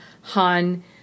Han